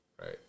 Right